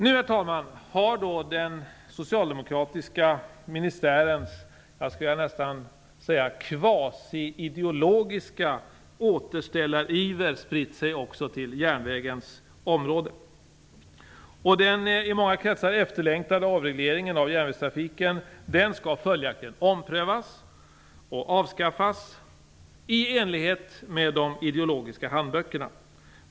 Herr talman! Nu har den socialdemokratiska ministärens kvasiideologiska återställariver spritt sig också till järnvägsområdet. Den i många kretsar efterlängtade avregleringen av järnvägstrafiken skall följaktligen omprövas och avskaffas i enlighet med de ideologiska handböckerna.